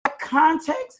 context